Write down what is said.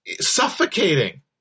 suffocating